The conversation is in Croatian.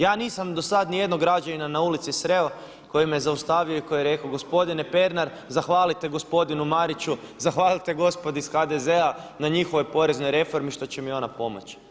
Ja nisam do sada nijednog građanina na ulici sreo koji me zaustavio i rekao, gospodine Pernar zahvalite gospodinu Mariću, zahvalite gospodi iz HDZ-a na njihovoj poreznoj reformi što će mi ona pomoći.